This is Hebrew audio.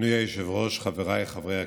אדוני יושב-ראש הכנסת, חבריי חברי הכנסת,